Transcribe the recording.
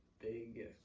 big